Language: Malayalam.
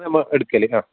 ഞമ്മ എടുക്കൽ ആ